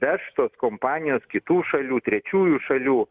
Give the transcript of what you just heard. veš tos kompanijos kitų šalių trečiųjų šalių